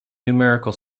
numerical